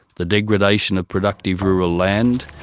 the degradation of productive rural land,